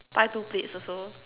tie two plaits also